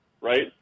right